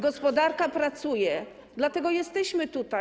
Gospodarka pracuje, dlatego jesteśmy tutaj.